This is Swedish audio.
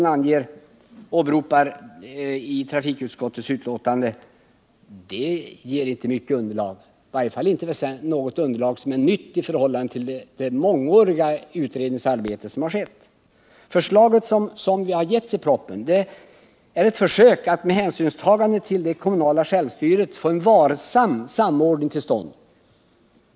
De anvisningar i trafikutskottets betänkande som Kurt Hugosson åberopar ger inte mycket nytt i förhållande till det underlag som vi fått genom det mångåriga utredningsarbete som ägt rum på detta område. Förslaget i propositionen är ett försök att med hänsynstagande till det kommunala självstyret få till stånd en varsam styrning på detta område.